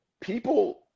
people